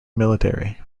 military